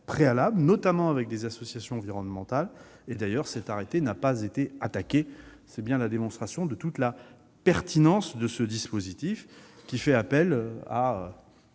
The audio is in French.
notamment avec des associations environnementales. Cet arrêté n'a pas été attaqué : c'est bien la démonstration de toute la pertinence de ce dispositif, qui fait appel à